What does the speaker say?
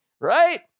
right